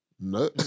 no